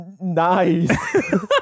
Nice